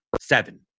seven